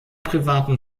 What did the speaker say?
privaten